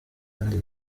kandi